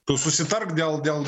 tu susitark dėl dėl